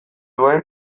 duen